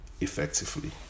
effectively